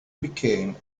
became